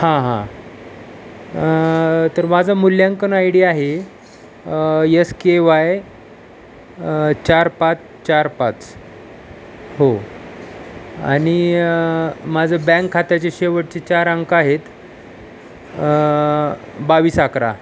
हां हां तर माझं मूल्यांकन आय डी आहे यस के वाय चार पाच चार पाच हो आणि माझं बँक खात्याचे शेवटचे चार अंक आहेत बावीस अकरा